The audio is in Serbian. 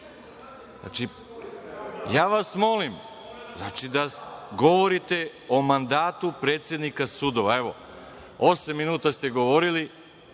smeta? Znači, ja vas molim da govorite o mandatu predsednika sudova. Evo, osam minuta ste govorili,